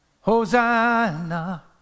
Hosanna